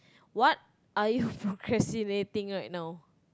what are you procrastinating right now